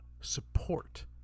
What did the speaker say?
support